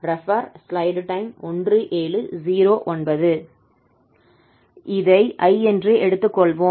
இதை I என்று எடுத்துக் கொள்வோம்